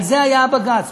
על זה היה הבג"ץ.